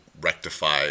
rectify